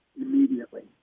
immediately